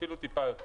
אפילו קצת יותר.